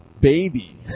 baby